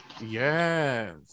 Yes